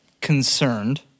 concerned